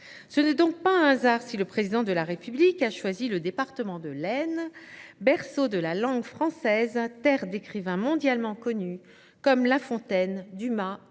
Ce n’est donc pas un hasard si le Président de la République a choisi le département de l’Aisne, berceau de la langue française, terre d’écrivains mondialement connus comme La Fontaine, Dumas